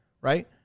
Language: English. right